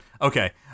Okay